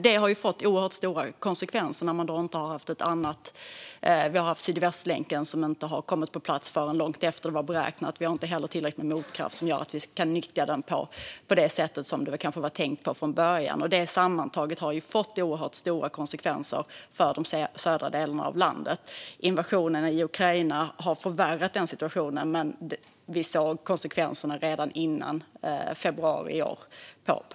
Det har fått oerhört stora konsekvenser, till exempel att Sydvästlänken inte kommit på plats förrän långt efter det att det var beräknat. Vi har inte heller tillräcklig motkraft som gör att vi kan nyttja den på det sätt som det kanske var tänkt från början. Sammantaget har det fått oerhörda konsekvenser för de södra delarna av landet. Invasionen i Ukraina har förvärrat den situationen men man kunde se konsekvenserna redan innan februari i år.